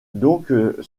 donc